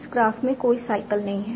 इस ग्राफ में कोई साइकल नहीं है